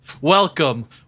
Welcome